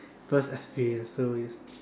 first experience so it's